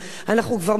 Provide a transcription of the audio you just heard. אנחנו כבר שבועות